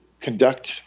conduct